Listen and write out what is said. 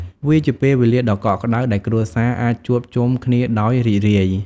វាជាពេលវេលាដ៏កក់ក្តៅដែលគ្រួសារអាចជួបជុំគ្នាដោយរីករាយ។